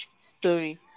story